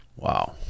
Wow